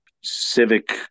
civic